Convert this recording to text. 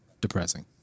depressing